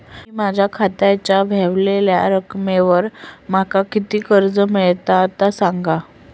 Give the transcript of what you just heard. मी माझ्या खात्याच्या ऱ्हवलेल्या रकमेवर माका किती कर्ज मिळात ता सांगा?